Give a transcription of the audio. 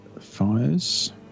fires